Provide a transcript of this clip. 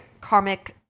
karmic